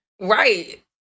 Right